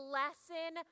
lesson